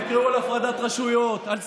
תקראו על הפרדת רשויות, על סיאוב,